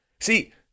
See